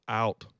out